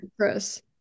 Chris